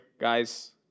guys